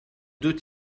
deux